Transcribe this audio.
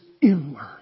inward